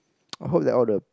I hope that all the